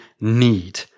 need